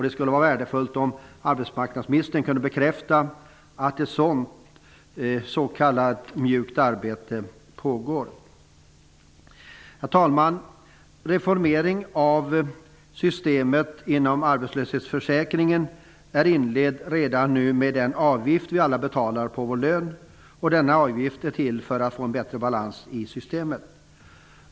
Det skulle vara värdefullt om arbetsmarknadsministern kunde bekräfta att ett sådant s.k. mjukt arbete pågår. Herr talman! Reformeringen av arbetslöshetsförsäkringen är redan inledd med den avgift som vi alla betalar på vår lön, en avgift som är till för att vi skall få en bättre balans i systemet.